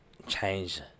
change